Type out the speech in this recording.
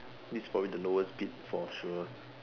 this is probably the lowest bid for sure